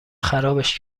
خرابش